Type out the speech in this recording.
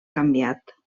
canviat